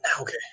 Okay